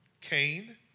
Cain